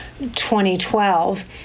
2012